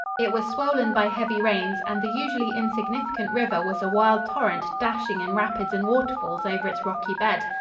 it was swollen by heavy rains and the usually insignificant river was a wild torrent, dashing in rapids and waterfalls over its rocky bed.